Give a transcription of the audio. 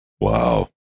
wow